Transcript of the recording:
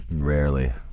rarely,